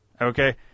okay